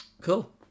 Cool